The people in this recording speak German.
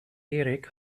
erik